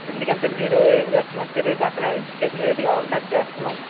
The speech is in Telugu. ఎందుకంటే మీరు ఏమి స్తున్నారో తెలియదు అక్కడ ఎడ్యుకేషన్ ఏది కావాలంటే అది చేస్తున్నాం